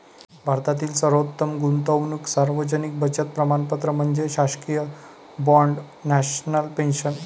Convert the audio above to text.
भारतातील सर्वोत्तम गुंतवणूक सार्वजनिक बचत प्रमाणपत्र म्हणजे शासकीय बाँड नॅशनल पेन्शन